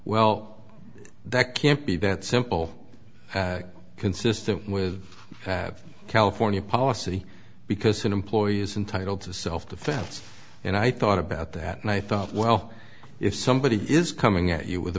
well that can't be that simple consistent with california policy because an employee's entitle to self defense and i thought about that and i thought well if somebody is coming at you with